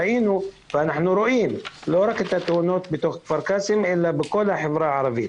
ראינו ואנחנו רואים לא רק את התאונות בכפר קאסם אלא בכל החברה הערבית.